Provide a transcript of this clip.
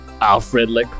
Alfred